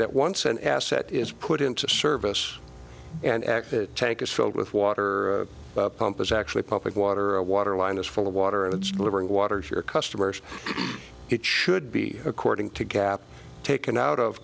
that once an asset is put into service and the tank is filled with water pump is actually pumping water a water line is full of water and living waters your customers it should be according to gap taken out of